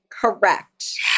Correct